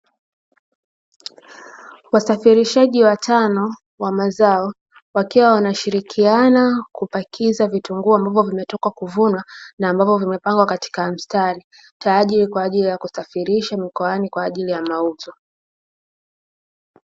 Wasafirishaji watano wa mazao, wakiwa wanashirikiana kupakiza vitunguu ambavyo vimetoka kuvunwa na ambavyo vimepangwa katika mstari, kwa ajili ya kusafirisha mikoani kwa ajili ya mauzo.